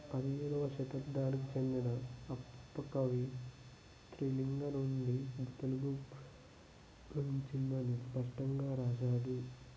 పదిహేనవ శతాబ్దానికి చెందిన అప్ప కవి త్రిలింగ నుండి మన తెలుగు ఉద్భవించిందని స్పష్టంగా రాసాడు